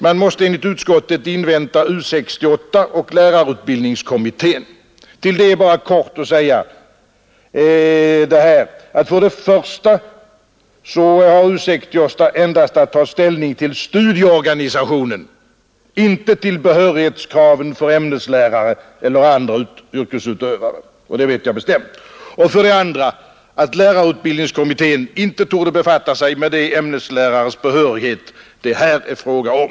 Man måste enligt utskottet invänta U 68 och lärarutbildningskommittén. Till det vill jag bara kort säga följande. För det första har U 68 endast att ta ställning till studieorganisationen, inte till behörighetskraven för ämneslärare eller andra yrkesutövare — det vet jag bestämt. För det andra torde lärarutbildningskommittén inte befatta sig med behörigheten för de ämneslärare det här är fråga om.